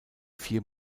vier